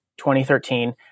2013